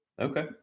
Okay